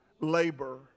labor